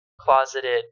closeted